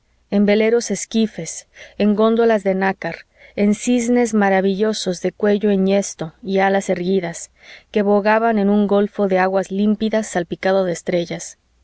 en veleros esquifes en góndolas de nácar en cisnes maravillosos de cuello enhiesto y alas erguidas que bogaban en un golfo de aguas límpidas salpicado de estrellas